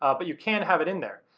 um but you can have it in there.